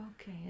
Okay